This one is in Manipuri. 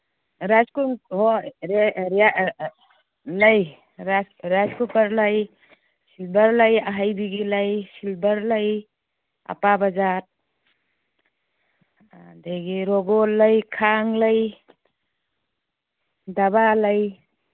ꯂꯩ ꯔꯥꯏꯁ ꯀꯨꯀꯔ ꯂꯩ ꯁꯤꯜꯚꯔ ꯂꯩ ꯑꯍꯩꯕꯤꯒꯤ ꯂꯩ ꯁꯤꯜꯚꯔ ꯂꯩ ꯑꯄꯥꯕꯖꯥꯠ ꯑꯗꯒꯤ ꯔꯣꯒꯣꯟ ꯂꯩ ꯈꯥꯡ ꯂꯩ ꯗꯕꯥ ꯂꯩ